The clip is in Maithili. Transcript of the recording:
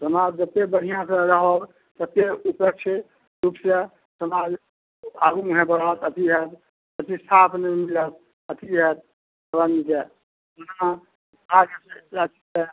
समाज जते बढ़िआँ सँ रहऽ तते उत्तम छै खुश यऽ समाज आगू मुँहे बढ़त अथी होयत प्रतिष्ठा अपने मिलत अथी होयत